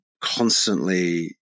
constantly